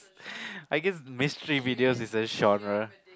I guess mystery videos is a genre